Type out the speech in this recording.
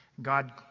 God